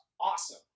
awesome